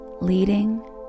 leading